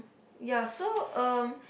ya so um